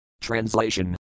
Translation